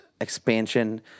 expansion